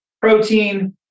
protein